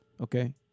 Okay